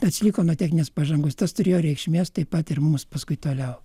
atsilikom nuo techninės pažangos tas turėjo reikšmės taip pat ir mums paskui toliau